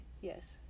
Yes